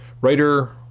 writer